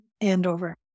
Andover